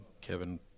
Kevin